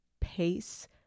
pace